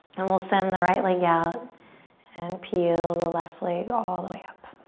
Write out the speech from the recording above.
and we'll send the right leg out and peel the left leg all the way up.